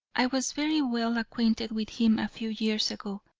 i was very well acquainted with him a few years ago.